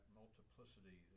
multiplicity